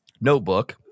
Notebook